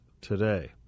today